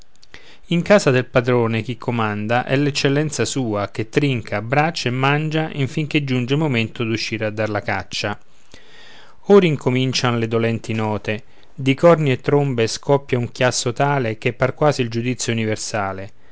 in casa del padrone chi comanda è l'eccellenza sua che trinca abbraccia e mangia in fin che giunge il momento d'uscir a dar la caccia ora incomincian le dolenti note di corni e trombe scoppia un chiasso tale che par quasi il giudizio universale